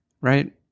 right